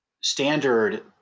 standard